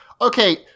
okay